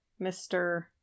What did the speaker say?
Mr